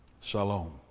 Shalom